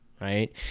right